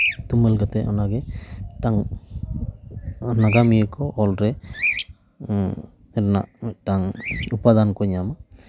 ᱛᱩᱢᱟᱹᱞ ᱠᱟᱛᱮᱫ ᱚᱱᱟᱜᱮ ᱢᱤᱫᱴᱟᱱ ᱱᱟᱜᱟᱢᱤᱭᱟᱹ ᱠᱚ ᱚᱞ ᱨᱮ ᱨᱮᱱᱟᱜ ᱢᱤᱫᱴᱟᱱ ᱩᱯᱟᱫᱟᱱ ᱠᱚ ᱧᱟᱢᱟ